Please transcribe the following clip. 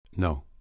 No